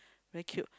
very cute